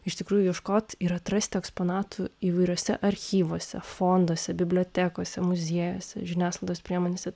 iš tikrųjų ieškot ir atrasti eksponatų įvairiuose archyvuose fonduose bibliotekose muziejuose žiniasklaidos priemonėse